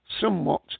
somewhat